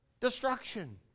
Destruction